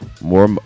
More